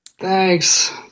Thanks